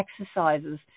exercises